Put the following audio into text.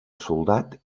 soldat